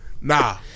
Nah